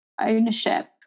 ownership